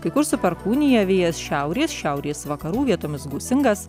kai kur su perkūnija vėjas šiaurės šiaurės vakarų vietomis gūsingas